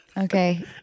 Okay